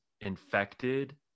infected